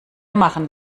machen